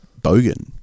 bogan